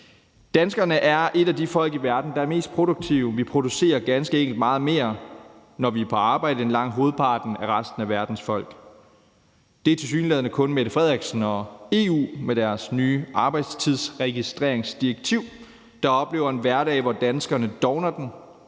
Danskerne er et af de folk i verden, der er mest produktive. Vi producerer ganske meget mere, når vi på arbejde, ens langt hovedparten af resten af verdens folk. Det er tilsyneladende kun Mette Frederiksen og EU med deres nye arbejdstidsregistreringsdirektiv, der oplever en hverdag, hvor danskerne dovnet Det